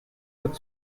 could